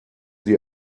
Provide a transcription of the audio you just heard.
sie